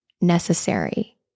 necessary